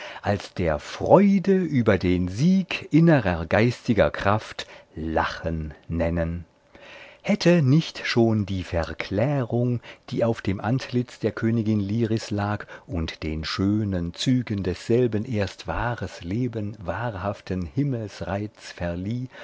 als der freude über den sieg innerer geistiger kraft lachen nennen hätte nicht schon die verklärung die auf dem antlitz der königin liris lag und den schönen zügen desselben erst wahres leben wahrhaften himmelsreiz verlieh